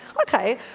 okay